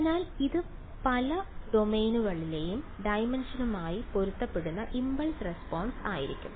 അതിനാൽ ഇത് പല ഡൈമെൻഷനുമായി പൊരുത്തപ്പെടുന്ന ഇംപൾസ് റെസ്പോൺസ് ആയിരിക്കും